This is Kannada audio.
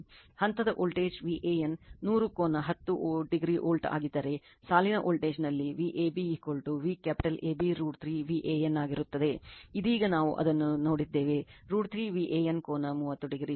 ಹಂತದ ವೋಲ್ಟೇಜ್ Van 100 ಕೋನ 10 o ವೋಲ್ಟ್ ಆಗಿದ್ದರೆ ಸಾಲಿನ ವೋಲ್ಟೇಜ್ನಲ್ಲಿ Vab V capital AB √ 3 Van ಆಗಿರುತ್ತದೆ ಇದೀಗ ನಾವು ಅದನ್ನು ನೋಡಿದ್ದೇವೆ √ 3 Van ಕೋನ 30o